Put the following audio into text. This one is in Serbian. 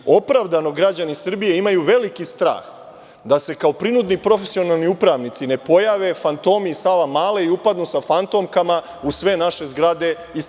Opravdano građani Srbije imaju veliki strah da se, kao prinudni profesionalni upravnici ne pojave fantomi iz Savamale i upadnu sa fantomkama u sve naše zgrade i stanove.